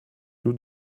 nous